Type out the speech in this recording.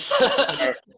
Yes